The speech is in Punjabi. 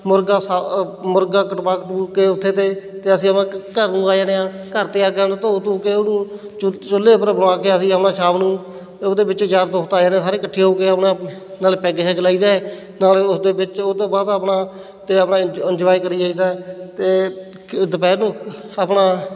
ਮੁਰਗਾ ਸਾ ਅ ਮੁਰਗਾ ਕਟਵਾ ਕੁਟਵਾ ਕੇ ਉੱਥੇ ਅਤੇ ਅਤੇ ਅਸੀਂ ਆਪਣਾ ਘ ਘਰ ਨੂੰ ਆ ਜਾਂਦੇ ਹਾਂ ਘਰ 'ਤੇ ਆ ਕਰ ਉਹਨੂੰ ਧੋ ਧੂ ਕੇ ਉਹਨੂੰ ਚੁੱ ਚੁ੍ਲ੍ਹੇ ਉੱਪਰ ਬਣਾ ਕੇ ਅਸੀਂ ਆਪਣਾ ਸ਼ਾਮ ਨੂੰ ਉਹਦੇ ਵਿੱਚ ਯਾਰ ਦੋਸਤ ਆ ਜਾਂਦੇ ਨੇ ਸਾਰੇ ਇਕੱਠੇ ਹੋ ਕੇ ਆਪਣਾ ਨਾਲੇ ਪੈੱਗ ਸ਼ੈੱਗ ਲਾਈਦਾ ਨਾਲੇ ਉਸ ਦੇ ਵਿੱਚ ਉਹ ਤੋਂ ਬਾਅਦ ਆਪਣਾ ਅਤੇ ਆਪਣਾ ਇੰਨਜ ਇੰਨਜੋਏ ਕਰੀ ਜਾਈਦਾ ਅਤੇ ਕ ਦੁਪਹਿਰ ਨੂੰ ਆਪਣਾ